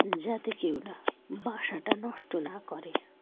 যাতে কেউ না বাসাটা নষ্ট না করে